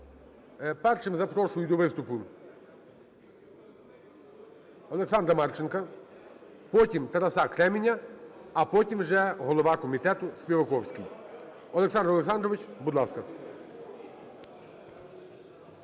Першим запрошую до виступу Олександра Марченка, потім – Тараса Кременя, а потім вже – голова комітету Співаковський. Олександр Олександрович, будь ласка.